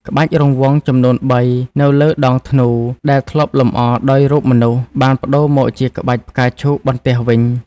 ក្បាច់រង្វង់ចំនួន ៣ នៅលើដងធ្នូ ដែលធ្លាប់លម្អដោយរូបមនុស្ស បានប្ដូរមកជាក្បាច់ផ្កាឈូកបន្ទះវិញ។